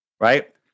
Right